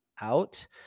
out